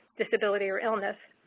disability or illness.